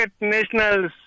National